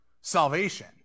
salvation